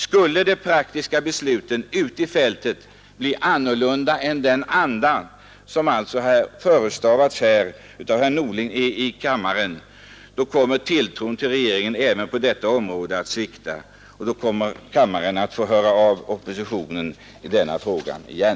Skulle de praktiska besluten ute på fältet inte stå i överensstämmelse med andan i herr Norlings anförande här i kammaren, kommer tilltron till regeringen att svikta även på detta område, och då kommer kammaren att få höra av oppositionen i denna fråga igen.